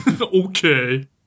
Okay